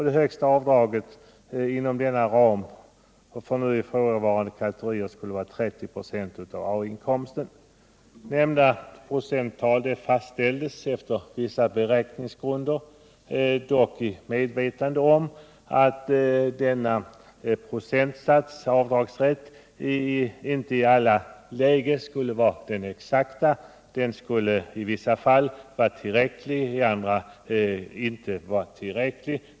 Det högsta avdraget inom denna ram för nu ifrågavarande kategorier skulle vara 30 96 av A-inkomsten. Nämnda procenttal fastställes efter vissa beräkningsgrunder — dock i medvetande om att denna avdragsrätt inte i alla lägen skulle vara den exakta. I vissa fall skulle den vara tillräcklig, i andra fall inte tillräcklig.